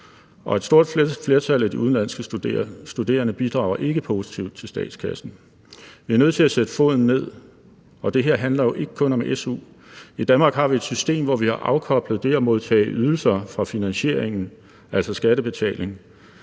et stort flertal af de udenlandske studerende bidrager ikke positivt til statskassen. Vi er nødt til at sætte foden ned, og det her handler jo ikke kun om su. I Danmark har vi et system, hvor vi har afkoblet det at modtage ydelser fra finansieringen, altså skattebetaling.